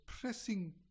pressing